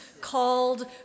called